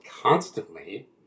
constantly